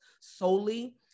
solely